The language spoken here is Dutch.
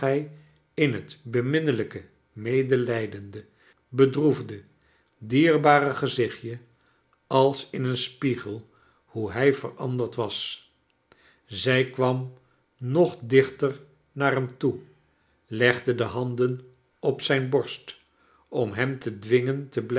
in het beminnelijke medelijdende bedroefde dierbare gezichtje als in een spiegel hoe hij veranderd was zij kwam nog dichter naar hem toe legde he handen op zijn borst om hern to dwingen